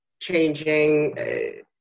changing